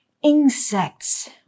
Insects